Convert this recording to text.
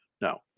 No